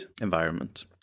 environment